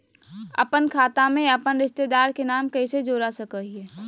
अपन खाता में अपन रिश्तेदार के नाम कैसे जोड़ा सकिए हई?